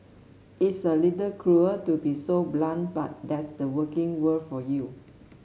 it's a little cruel to be so blunt but that's the working world for you